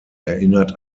erinnert